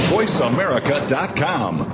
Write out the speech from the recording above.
VoiceAmerica.com